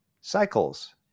cycles